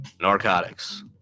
narcotics